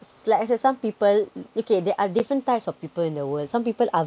like I said some people okay there are different types of people in the world some people are